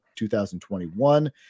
2021